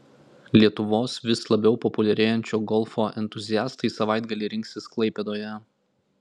lietuvos vis labiau populiarėjančio golfo entuziastai savaitgalį rinksis klaipėdoje